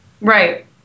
Right